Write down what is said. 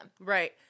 Right